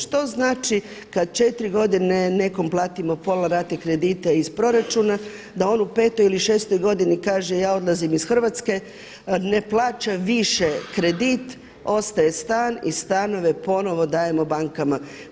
Što znači kada 4 godine nekome platimo pola rate kredita iz proračuna, da on u 5. ili 6. godini kaže ja odlazim iz Hrvatske – ne plaća više kredit, ostaje stan i stanove ponovo dajemo bankama.